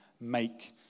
make